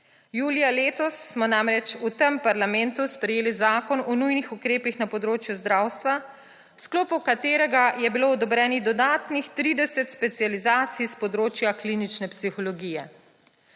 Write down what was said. Julija letos smo namreč v tem parlamentu sprejeli Zakon o nujnih ukrepih na področju zdravstva, v sklopu katerega je bilo odobrenih dodatnih 30 specializacij s področja klinične psihologije.